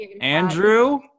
Andrew